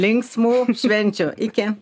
linksmų švenčių iki